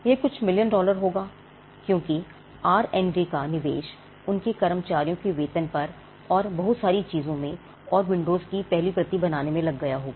यह कुछ million dollar होगा क्योंकि आर एंड डी का निवेश उनके कर्मचारियों के वेतन पर और बहुत सारी चीजों में और विंडोज़ 7 की पहली प्रति बनाने में लग गया होगा